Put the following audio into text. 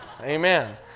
Amen